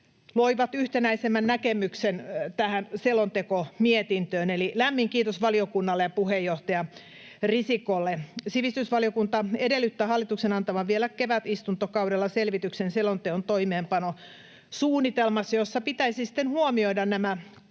loi yhtenäisemmän näkemyksen tähän selontekomietintöön, eli lämmin kiitos valiokunnalle ja puheenjohtaja Risikolle. Sivistysvaliokunta edellyttää hallituksen antavan vielä kevätistuntokaudella selvityksen selonteon toimeenpanosuunnitelmassa, jossa pitäisi sitten huomioida nämä